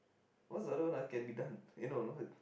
what's the other one ah can be done eh no not